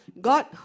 God